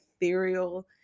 ethereal